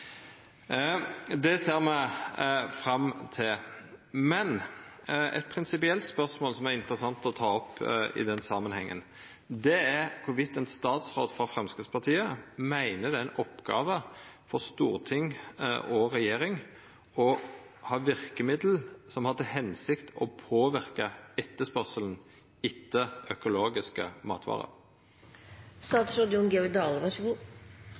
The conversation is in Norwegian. Det ser me fram til. Men eit prinsipielt spørsmål som er interessant å ta opp i den samanhengen, er kor vidt ein statsråd frå Framstegspartiet meiner det er ei oppgåve for storting og regjering å ha verkemiddel der hensikta er å påverka etterspørselen etter økologiske